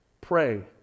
pray